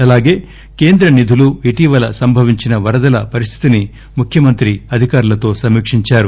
అలాగే కేంద్ర నిధులు ఇటీవల సంభవించిన వరదల పరిస్లితిని ముఖ్యమంత్రి అధికారులతో సమీకించారు